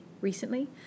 recently